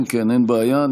כן, כן, אין בעיה.